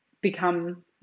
become